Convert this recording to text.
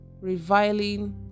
reviling